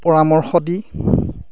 পৰামৰ্শ দি